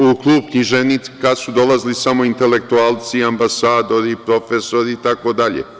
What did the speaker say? U Klub književnika su dolazili samo intelektualci, ambasadori, profesori itd.